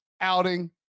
outing